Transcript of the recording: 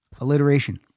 Alliteration